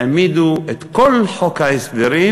העמידו את כל חוק ההסדרים